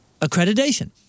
accreditation